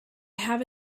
have